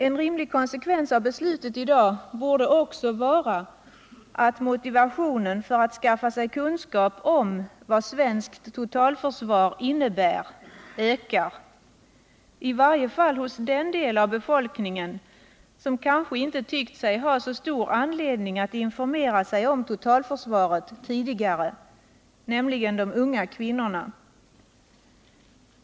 En rimlig konsekvens av beslutet i dag borde också vara att motivationen för att skaffa sig kunskap om vad svenskt totalförsvar innebär ökar, i varje fall hos den del av befolkningen som kanske inte tyckt sig ha så stor anledning att informera sig om totalförsvaret tidigare, nämligen de unga kvinnorna.